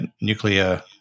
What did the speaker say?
nuclear